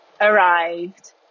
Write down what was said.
arrived